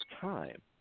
time